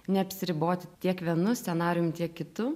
neapsiriboti tiek vienu scenarijum tiek kitu